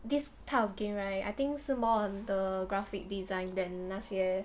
this type of game right I think 是 more on the graphic design than 那些